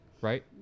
right